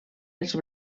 els